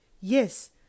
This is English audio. Yes